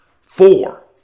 four